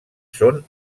són